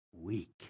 weak